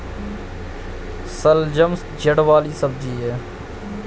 शलजम जड़ वाली सब्जी है